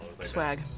swag